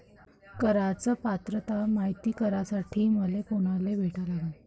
कराच पात्रता मायती करासाठी मले कोनाले भेटा लागन?